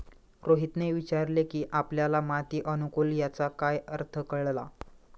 रोहितने विचारले की आपल्याला माती अनुकुलन याचा काय अर्थ कळला?